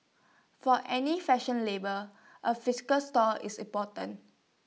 for any fashion label A physical store is important